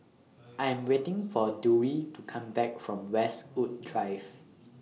I Am waiting For Dewey to Come Back from Westwood Drive